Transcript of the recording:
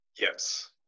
Yes